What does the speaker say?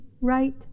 right